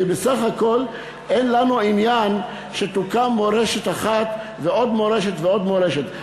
כי בסך הכול אין לנו עניין שתוקם מורשת אחת ועוד מורשת ועוד מורשת.